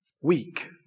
Weak